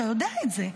אתה יודע את זה,